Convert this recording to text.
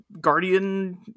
Guardian